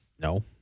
No